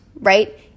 right